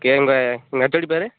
okay உங்க உங்க HOD பேர்